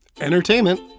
entertainment